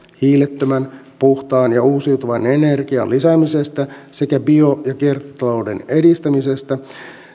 hiilettömän puhtaan ja uusiutuvan energian lisäämisestä sekä bio ja kiertotalouden edistämisestä